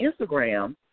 Instagram